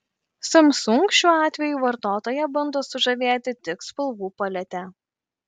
samsung šiuo atveju vartotoją bando sužavėti tik spalvų palete